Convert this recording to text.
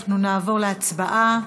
אנחנו נעבור להצבעה.